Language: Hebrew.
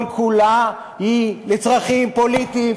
כל-כולה היא לצרכים פוליטיים,